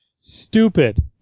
Stupid